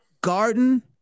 garden